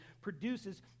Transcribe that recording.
produces